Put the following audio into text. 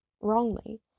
wrongly